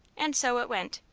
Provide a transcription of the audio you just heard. and so it went.